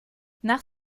nach